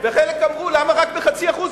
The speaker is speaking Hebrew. וחלק אמרו למה רק ב-0.5%,